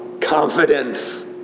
confidence